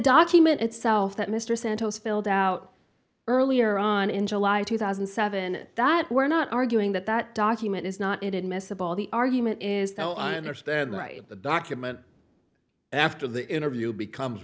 document itself that mr santos filled out earlier on in july two thousand and seven that we're not arguing that that document is not it admissible the argument is though i understand right the document after the interview becomes